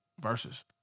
versus